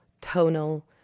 tonal